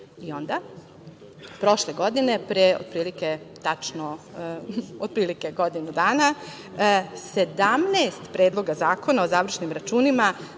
onda. Onda, prošle godine, pre otprilike, tačno godinu dana, sedamnaest Predloga zakona o završnim računima,